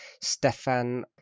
Stefan